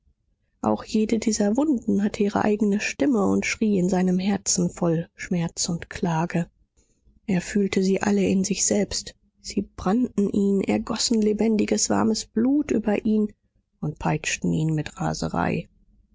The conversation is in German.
auch jede dieser wunden hatte ihre eigene stimme und schrie in seinem herzen voll schmerz und klage er fühlte sie alle in sich selbst sie brannten ihn ergossen lebendiges warmes blut über ihn und peitschten ihn mit raserei